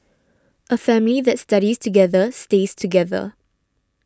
a family that studies together stays together